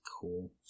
cool